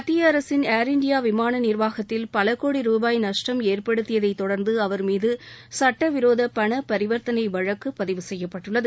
மத்திய அரசின் Air India விமான நிர்வாகத்தில் பலகோடி நஷ்டம் ஏற்படுத்தியதை தொடர்ந்து அவர் மீது சட்டவிரோத பண பரிவர்த்தனை வழக்கு பதிவு செய்யப்பட்டுள்ளது